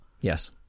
Yes